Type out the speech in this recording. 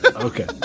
Okay